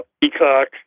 Peacock